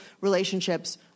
relationships